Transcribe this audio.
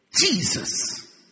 Jesus